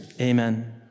Amen